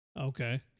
Okay